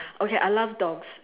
okay I love dogs